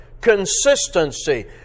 consistency